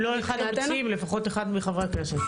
אם לא המציעים כאן, לפחות אחד מחברי הכנסת.